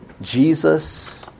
Jesus